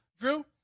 Drew